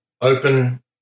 open